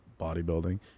Bodybuilding